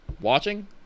watching